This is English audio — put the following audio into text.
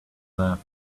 left